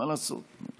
מה לעשות?